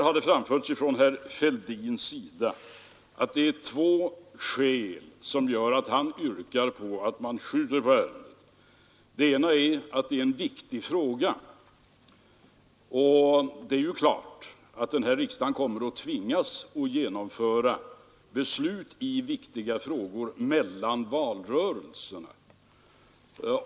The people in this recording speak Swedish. Herr Fälldin har anfört att det är två skäl som gör att han yrkar att man skjuter på ärendet. Det ena är att detta är en viktig fråga. Det är klart att riksdagen kommer att tvingas att fatta beslut i viktiga frågor mellan valrörelserna.